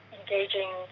engaging